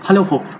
hello folks